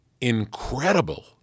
incredible